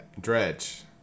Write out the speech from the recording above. Dredge